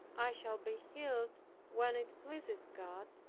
i shall be healed when it pleases god,